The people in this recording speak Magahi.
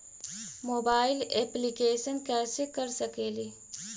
मोबाईल येपलीकेसन कैसे कर सकेली?